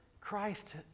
Christ